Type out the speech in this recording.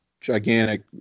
gigantic